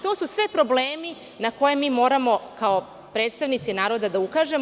To su svi problemi na koje mi moramo kao predstavnici naroda da ukažemo.